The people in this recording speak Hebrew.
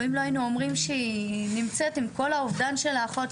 אם לא היו אומרים שהיא נמצאת עם כל האובדן של האחות",